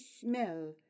smell